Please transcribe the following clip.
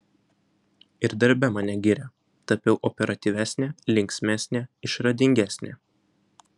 ir darbe mane giria tapau operatyvesnė linksmesnė išradingesnė